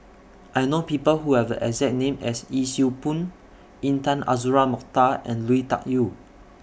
I know People Who Have The exact name as Yee Siew Pun Intan Azura Mokhtar and Lui Tuck Yew